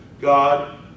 God